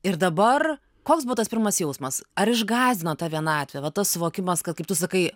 ir dabar koks buvo tas pirmas jausmas ar išgąsdino tą vienatvė va tas suvokimas kad kaip tu sakai